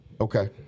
Okay